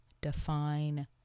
define